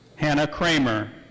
hannah kramer.